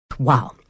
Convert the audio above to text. Wow